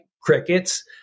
crickets